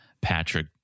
Patrick